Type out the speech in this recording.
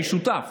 אני שותף